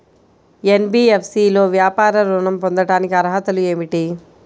NBFC లో వ్యాపార ఋణం పొందటానికి అర్హతలు ఏమిటీ?